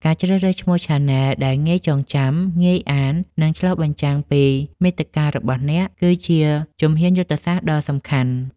ការជ្រើសរើសឈ្មោះឆានែលដែលងាយចងចាំ ងាយអាន និងឆ្លុះបញ្ចាំងពីមាតិការបស់អ្នក គឺជាជំហានយុទ្ធសាស្ត្រដ៏សំខាន់។